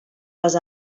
les